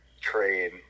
trade